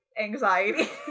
anxiety